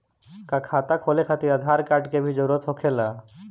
का खाता खोले खातिर आधार कार्ड के भी जरूरत होखेला?